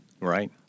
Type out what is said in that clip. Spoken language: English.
right